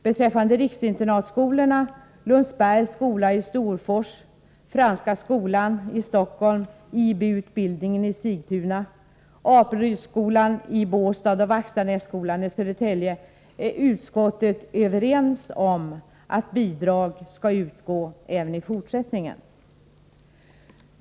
Beträffande riksinternatskolorna, Lundsbergs skola i Storfors, Franska skolan i Stockholm, IB-utbildningen i Sigtuna, Apelrydsskolan i Båstad och Vackstanässkolan i Södertälje är utskottet överens om att bidrag skall utgå även i fortsättningen.